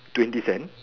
twenty cent